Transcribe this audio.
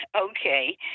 Okay